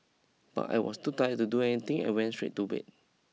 but I was too tired to do anything and went straight to bed